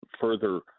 further